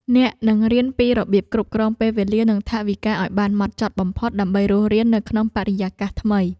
អ្នកនឹងរៀនពីរបៀបគ្រប់គ្រងពេលវេលានិងថវិកាឱ្យបានហ្មត់ចត់បំផុតដើម្បីរស់រាននៅក្នុងបរិយាកាសថ្មី។